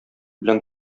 белән